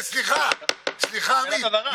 בגלל האילוצים שאני אסביר,